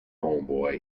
homeboy